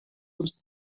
دوست